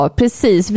precis